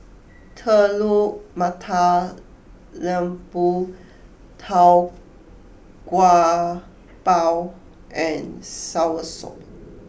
Telur Mata Lembu Tau Kwa Pau and Soursop